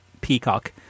Peacock